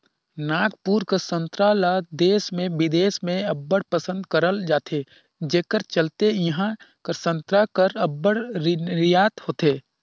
नागपुर कर संतरा ल देस में बिदेस में अब्बड़ पसंद करल जाथे जेकर चलते इहां कर संतरा कर अब्बड़ निरयात होथे